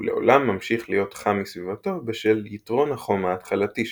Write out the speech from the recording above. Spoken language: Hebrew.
הוא לעולם ממשיך להיות חם מסביבתו בשל יתרון החום ההתחלתי שלו.